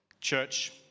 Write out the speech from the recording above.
church